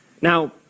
Now